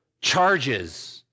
charges